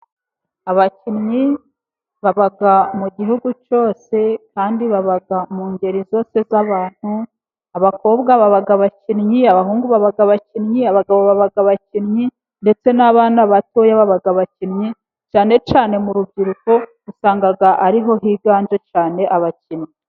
Abakinnyi baba mu gihugu cyose, kandi baba mu ngeri zose z'abantu. abakobwa baba abakinnyi, abahungu baba abakinnyi, abagabo baba abakinnyi, ndetse n'abana batoya baba abakinnyi. Cyane cyane mu rubyiruko wasangaga ari ho higanjemo abakinnyi.